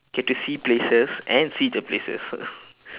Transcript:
get to see places and see the places